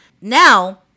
Now